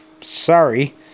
sorry